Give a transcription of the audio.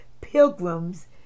pilgrims